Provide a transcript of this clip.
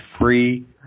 free